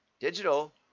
digital